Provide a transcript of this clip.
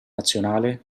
nazionale